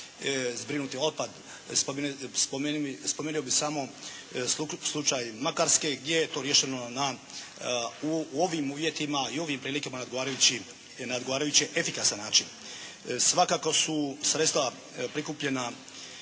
zbrinuti otpad. Spomenuo bih samo slučaj Makarske gdje je to riješeno u ovim uvjetima i ovim prilikama na odgovarajuće efikasan način. Svakako su sredstva prikupljena